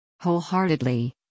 Wholeheartedly